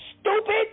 stupid